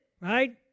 right